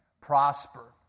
prosper